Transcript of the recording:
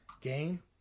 game